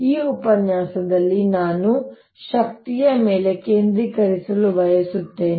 ಈ ಉಪನ್ಯಾಸದಲ್ಲಿ ನಾನು ಶಕ್ತಿಯ ಮೇಲೆ ಕೇಂದ್ರೀಕರಿಸಲು ಬಯಸುತ್ತೇನೆ